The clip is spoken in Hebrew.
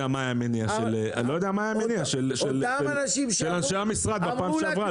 מה היה המניע של ראשי המשרד בפעם שעברה.